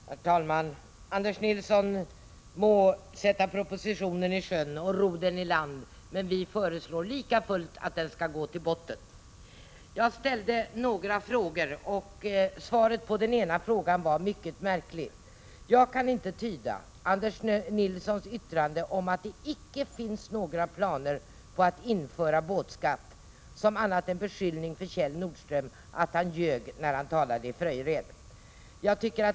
Herr talman! Anders Nilsson må sätta propositionen i sjön och ro den i land, men vi föreslår likafullt att den skall gå till botten. Jag ställde ett par frågor. Svaret på den ena frågan var mycket märkligt. Jag kan inte tyda Anders Nilssons yttrande att det icke finns några planer på att införa båtskatt annat än som en beskyllning mot Kjell Nordström att han ljög när han talade i Fröjered.